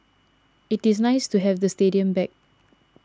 it is nice to have the stadium back